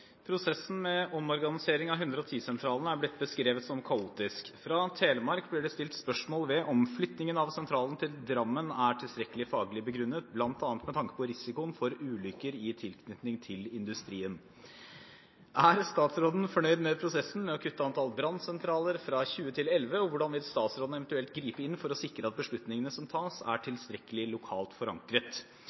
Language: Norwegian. prosessen med å kutte antall brannsentraler fra 20 til 11, og hvordan vil statsråden eventuelt gripe inn for å sikre at beslutningene som tas, er tilstrekkelig lokalt forankret?»